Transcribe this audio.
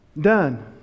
Done